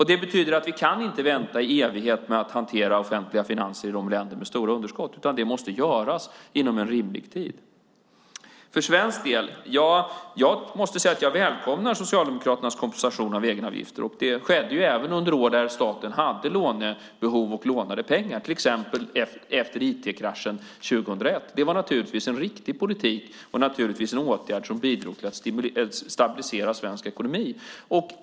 Det betyder att vi inte kan vänta i evighet med att hantera offentliga finanser i länder med stora underskott. Det måste göras inom en rimlig tid. För svensk del välkomnade jag Socialdemokraternas kompensation av egenavgifter. Det skedde även under år när staten hade lånebehov och lånade pengar, till exempel efter IT-kraschen 2001. Det var naturligtvis en riktig politik och en åtgärd som bidrog till att stabilisera svensk ekonomi.